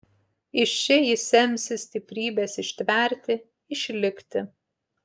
iš čia jis semsis stiprybės ištverti išlikti